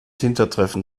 hintertreffen